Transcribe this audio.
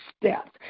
steps